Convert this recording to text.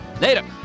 Later